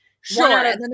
Sure